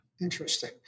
Interesting